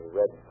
red